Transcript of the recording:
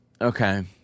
Okay